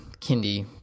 kindy